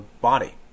body